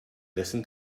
listen